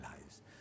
lives